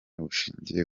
bushingiye